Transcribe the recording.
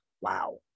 wow